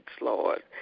Lord